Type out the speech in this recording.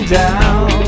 down